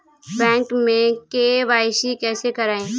Bank में KYC कैसे करायें?